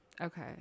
Okay